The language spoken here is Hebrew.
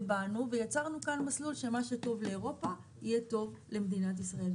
באנו ויצרנו מסלול שמה שטוב לאירופה יהיה טוב גם למדינת ישראל.